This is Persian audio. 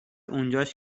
اونجاش